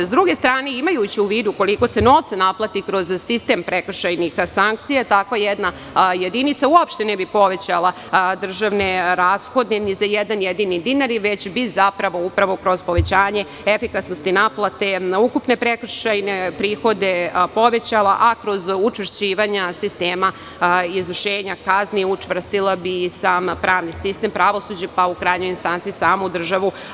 Sa druge strane, imajući u vidu koliko se novca naplati za sistem prekršajnih sankcija, tako jedna jedinica uopšte ne bi povećala državne rashode ni za jedan jedini dinar, već bi kroz povećanje efikasnosti naplate na ukupne prekršaje i prihode povećala, a kroz učvršćivanja sistema izvršenja kazni učvrstila bi i sama pravni sistem, pravosuđe, pa i samu državu.